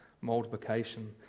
multiplication